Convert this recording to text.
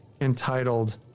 entitled